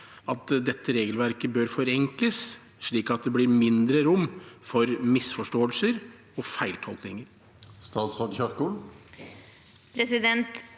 at dette regelverket forenkles, slik at det blir mindre rom for misforståelser og feiltolkninger?